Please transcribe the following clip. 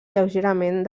lleugerament